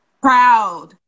Proud